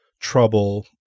trouble